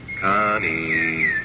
Connie